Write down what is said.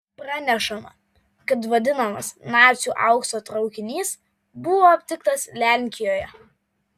pranešama kad vadinamas nacių aukso traukinys buvo aptiktas lenkijoje